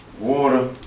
Water